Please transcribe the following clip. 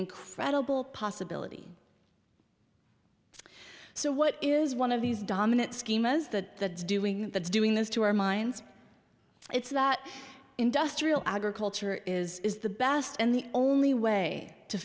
incredible possibility so what is one of these dominant schemas that doing that is doing this to our minds it's that industrial agriculture is is the best and the only way to